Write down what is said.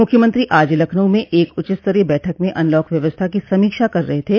मुख्यमंत्री आज लखनऊ में एक उच्चस्तरीय बैठक में अनलॉक व्यवस्था की समीक्षा कर रहे थे